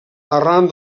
arran